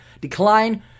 decline